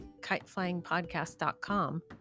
kiteflyingpodcast.com